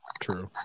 True